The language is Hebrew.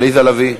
עליזה לביא,